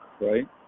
right